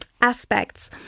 aspects